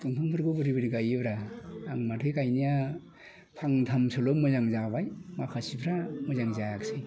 दंफांफोरखौ बोरै बोरै गायोब्रा आं माथो गायनाया फांथामसोल' मोजां जाबाय माखासेफ्रा मोजां जायासै